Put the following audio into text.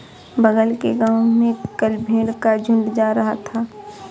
बगल के गांव में कल भेड़ का झुंड जा रहा था